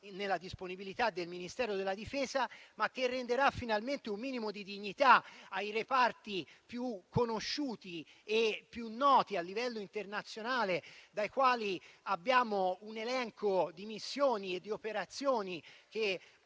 nella disponibilità del Ministero della difesa, ma che renderà finalmente un minimo di dignità ai reparti più conosciuti e più noti a livello internazionale, dei quali abbiamo un elenco di missioni e di operazioni che